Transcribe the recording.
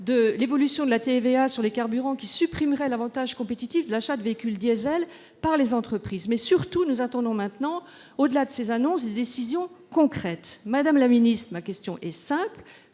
de l'évolution de la TVA sur les carburants, qui supprimerait l'avantage compétitif de l'achat de véhicules diesel par les entreprises. Nous attendons surtout, au-delà de ces annonces, des décisions concrètes. Madame la secrétaire d'État, ma question est simple.